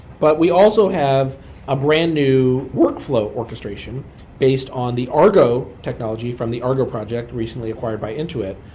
but we also have a brand new workflow orchestration based on the argo technology from the argo project recently acquired by intuit!